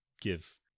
give